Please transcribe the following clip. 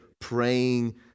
praying